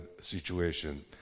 situation